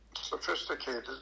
sophisticated